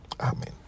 amen